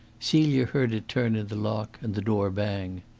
celia heard it turn in the lock, and the door bang.